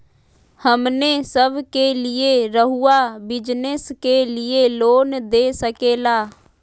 हमने सब के लिए रहुआ बिजनेस के लिए लोन दे सके ला?